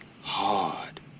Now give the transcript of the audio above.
hard